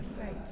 great